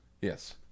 Yes